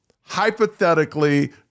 hypothetically